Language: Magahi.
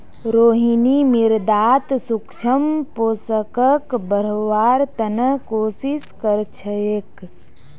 रोहिणी मृदात सूक्ष्म पोषकक बढ़व्वार त न कोशिश क र छेक